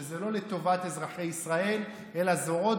שזה לא לטובת אזרחי ישראל אלא זו עוד